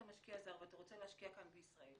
משקיע זר ואתה ר וצה להשקיע כאן בישראל,